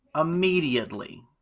immediately